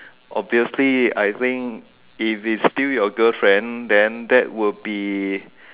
obviously I think if you spill your girlfriend then that would be